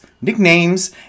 nicknames